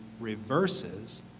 reverses